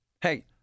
Hey